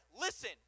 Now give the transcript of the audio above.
listen